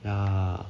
ya